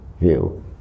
view